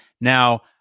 Now